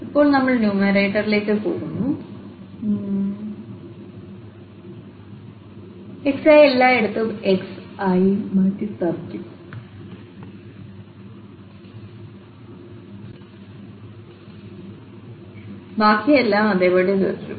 ഇപ്പോൾ നമ്മൾ ന്യൂമറേറ്ററിലേക്ക് പോകുന്നു xi എല്ലായിടത്തും xആയി മാറ്റിസ്ഥാപിക്കും ബാക്കി എല്ലാം അതേപടി തുടരും